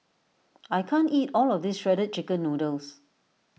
I can't eat all of this Shredded Chicken Noodles